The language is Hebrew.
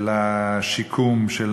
של השיקום, של